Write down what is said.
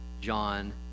John